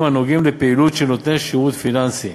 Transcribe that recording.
הנוגעים לפעילות של נותן שירות פיננסי.